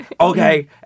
Okay